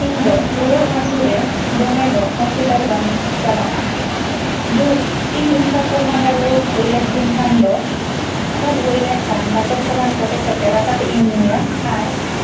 ᱤᱧ ᱫᱚ ᱨᱩᱣᱟᱹ ᱦᱟᱹᱥᱩᱜ ᱨᱮ ᱫᱚᱢᱮ ᱫᱚ ᱦᱳᱥᱯᱤᱴᱟᱞ ᱵᱟᱝᱤᱧ ᱪᱟᱞᱟᱜᱼᱟ ᱡᱩᱜᱽ ᱤᱧ ᱚᱱᱠᱟ ᱠᱷᱩᱜᱢᱟᱸᱫᱟ ᱨᱩᱭᱟᱹ ᱦᱩᱭ ᱞᱮᱱᱛᱤᱧ ᱠᱷᱟᱱ ᱫᱚ ᱠᱷᱩᱜ ᱦᱩᱭ ᱞᱮᱱᱠᱷᱟᱱ ᱵᱟᱥᱚᱠ ᱥᱟᱠᱟᱢ ᱠᱚᱴᱮᱡ ᱠᱟᱛᱮ ᱨᱟᱥᱟ ᱛᱮᱜ ᱤᱧ ᱧᱩᱭᱟ ᱟᱨ